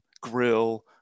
grill